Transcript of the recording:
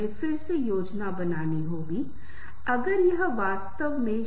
प्रारंभिक चरण की जागरूकता से भी क्या महत्वपूर्ण है